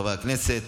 חברי הכנסת,